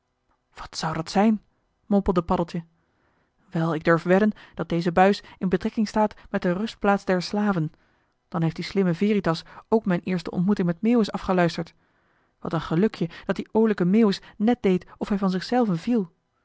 wat zou dat zijn mompelde paddeltje wel ik durf wedden dat deze buis in betrekking staat met de rustplaats der slaven dan heeft die slimme veritas ook mijn eerste ontmoeting met meeuwis afgeluisterd wat een gelukje dat die oolijke meeuwis net deed of hij van zichzelven viel